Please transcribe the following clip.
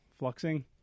Fluxing